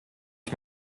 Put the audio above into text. ich